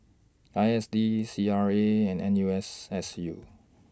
I S D C R A and N U S S U